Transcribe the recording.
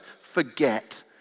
forget